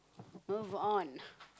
move on